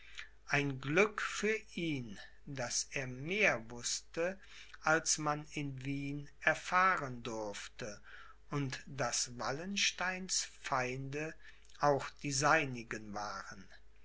ein glück für ihn daß er mehr wußte als man in wien erfahren durfte und daß wallensteins feinde auch die seinigen waren